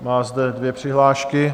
Má zde dvě přihlášky.